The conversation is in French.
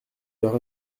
leurs